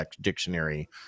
dictionary